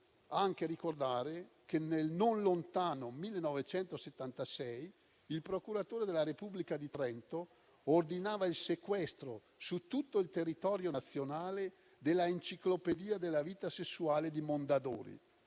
altresì ricordare che nel non lontano 1976 il procuratore della Repubblica di Trento ordinava il sequestro, su tutto il territorio nazionale, della enciclopedia della vita sessuale di Mondadori,